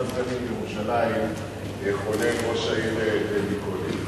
סגנים בירושלים חולל ראש העיר טדי קולק.